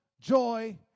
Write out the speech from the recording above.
joy